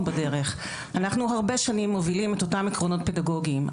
בדרך אנחנו הרבה שנים מובילים את אותם עקרונות פדגוגיים.